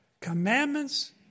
commandments